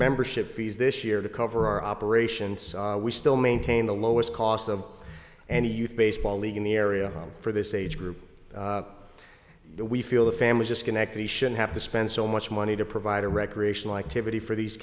membership fees this year to cover our operations we still maintain the lowest cost of any youth baseball league in the area for this age group we feel the families disconnect he should have to spend so much money to provide a recreational activity for these